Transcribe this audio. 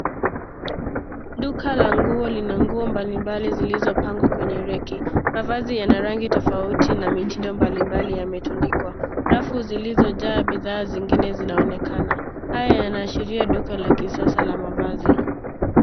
Duka la nguo lina nguo mbali mbali zilizopangwa kwenye reki . Mavazi yana rangi tofauti na mitindo mbali mbali yametundikwa. Rafu zilizojaa bidhaa zingine zinaonekana. Haya yanaashiria duka la kisasa la mavazi.